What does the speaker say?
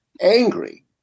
angry